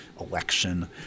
Election